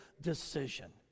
decision